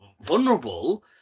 vulnerable